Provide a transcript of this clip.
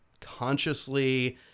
consciously